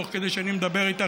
תוך כדי שאני מדבר איתך,